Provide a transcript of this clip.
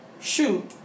Shoot